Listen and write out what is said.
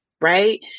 right